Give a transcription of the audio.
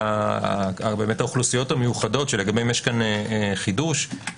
האוכלוסיות המיוחדות שלגביהן יש כאן חידוש.